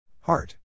Heart